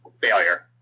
failure